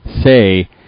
say